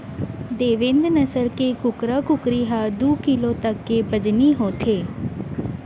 देवेन्द नसल के कुकरा कुकरी ह दू किलो तक के बजनी होथे